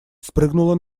спрыгнула